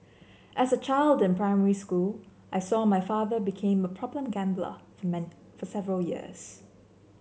as a child in primary school I saw my father became a problem gambler for for several years